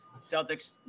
Celtics